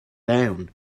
down